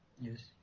Yes